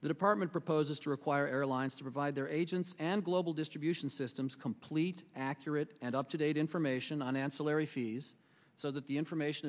the department proposes to require airlines to provide their agents and global distribution systems complete accurate and up to date information on ancillary fees so the the information